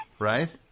Right